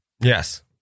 Yes